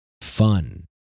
fun